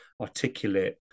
articulate